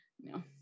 No